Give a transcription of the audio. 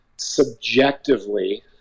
subjectively